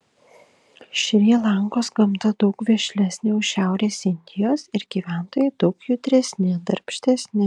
šri lankos gamta daug vešlesnė už šiaurės indijos ir gyventojai daug judresni darbštesni